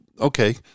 okay